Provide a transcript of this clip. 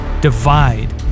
divide